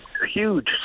huge